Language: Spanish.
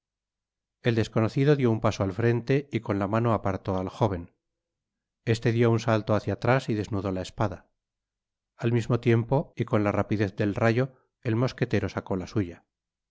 el desconocido dió un paso al frente y con la mano apartó at jóven este dió un salto hacia atrás y desnudó la espada al mismo tiempo y con la rapidez del rayo el mosquetero sacó la suya